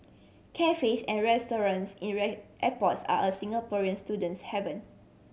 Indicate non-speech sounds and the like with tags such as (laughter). cafes and restaurants in (unintelligible) airports are a Singaporean student's haven